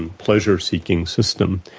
and pleasure-seeking system,